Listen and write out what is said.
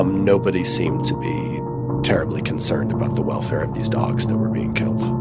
um nobody seemed to be terribly concerned about the welfare of these dogs that were being killed